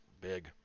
big